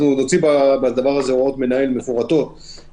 אנחנו נוציא הוראות מנהל מפורטות לגבי העניין,